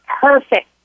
perfect